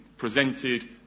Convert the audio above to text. presented